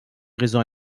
raison